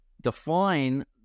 define